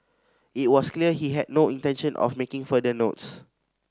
it was clear he had no intention of making further notes